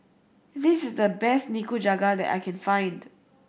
this is the best Nikujaga that I can find